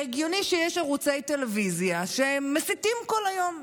זה הגיוני שיש ערוצי טלוויזיה שמסיתים כל היום.